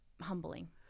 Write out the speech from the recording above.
humbling